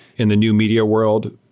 in the new media world,